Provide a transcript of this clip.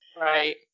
Right